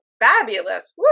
fabulous